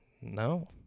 No